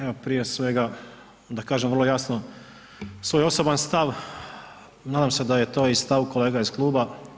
Evo prije svega da kažem vrlo jasno svoj osoban stav, nadam se da je to i stav kolega iz kluba.